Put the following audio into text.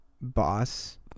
boss